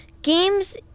Games